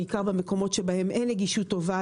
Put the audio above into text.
בעיקר במקומות שבהם אין נגישות טובה